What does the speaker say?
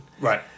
Right